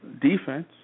defense